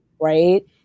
right